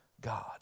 God